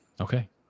Okay